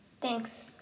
Thanks